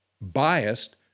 biased